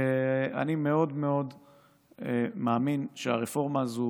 אני מאוד מאוד מאמין שהרפורמה הזו